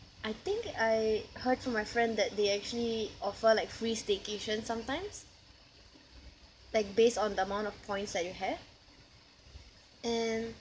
I think I heard from my friend that they actually offer like free staycation sometimes like based on the amount of points that you have and